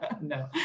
No